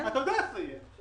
אתה יודע איך זה יהיה.